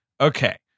Okay